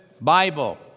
Bible